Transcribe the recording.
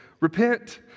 Repent